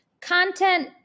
Content